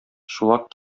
чулак